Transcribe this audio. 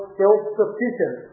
self-sufficient